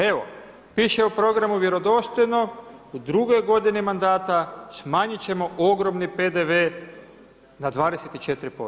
Evo, piše u programu vjerodostojno u drugoj godini mandata, smanjiti ćemo ogromni PDV na 24%